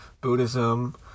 Buddhism